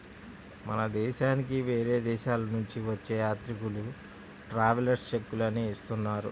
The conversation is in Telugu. మన దేశానికి వేరే దేశాలనుంచి వచ్చే యాత్రికులు ట్రావెలర్స్ చెక్కులనే ఇస్తున్నారు